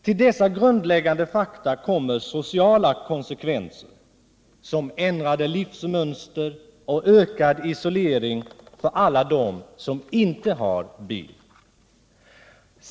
Till dessa grundläggande fakta kommer sociala konsekvenser, som ändrade livsmönster och ökad isolering för alla dem som inte har bil.